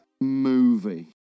movie